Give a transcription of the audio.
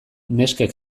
neskek